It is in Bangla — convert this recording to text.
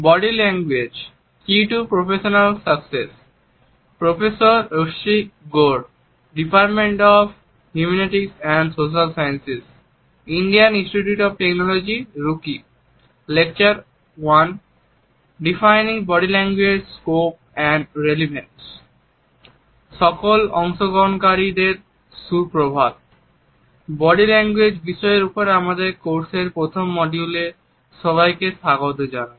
বডি ল্যাঙ্গুয়েজ বিষয়ের ওপর আমাদের কোর্সের প্রথম মডিউলে সবাইকে স্বাগত জানাই